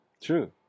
True